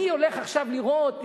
אני הולך עכשיו לראות,